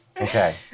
Okay